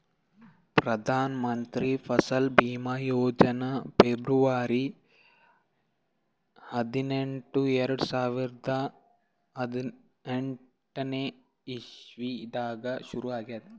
Pradhan Mantri Fasal Bima Yojana February ಹದಿನೆಂಟು, ಎರಡು ಸಾವಿರದಾ ಹದಿನೆಂಟನೇ ಇಸವಿದಾಗ್ ಶುರು ಆಗ್ಯಾದ್